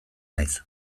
naiz